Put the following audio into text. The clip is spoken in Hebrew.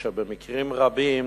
כאשר במקרים רבים